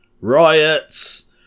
Riots